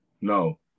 no